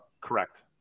Correct